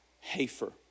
Hafer